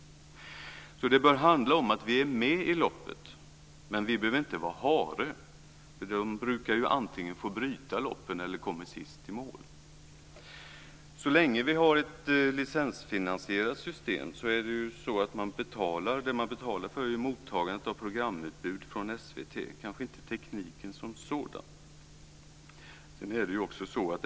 Det bör alltså handla om att vi är med i loppet men vi behöver ju inte vara harar, för de brukar antingen få bryta loppet eller komma sist i mål. Vad man betalar för, så länge vi har ett licensfinansierat system, är mottagandet av programutbud från SVT - kanske gäller det inte tekniken som sådan.